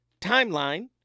Timeline